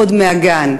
עוד מהגן.